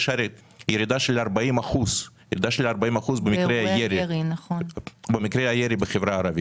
יש ירידה של 40% במקרי הירי בחברה הערבית.